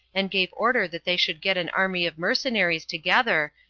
and gave order that they should get an army of mercenaries together,